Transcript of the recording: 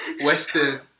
western